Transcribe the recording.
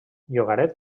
llogaret